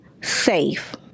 safe